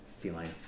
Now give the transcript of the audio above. feline